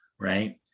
right